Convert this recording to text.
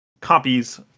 copies